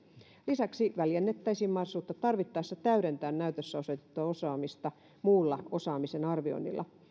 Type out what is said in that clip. lisäksi väljennettäisiin mahdollisuutta tarvittaessa täydentää näytössä osoitettua osaamista muulla osaamisen arvioinnilla